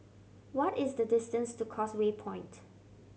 what is the distance to Causeway Point